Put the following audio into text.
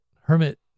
hermit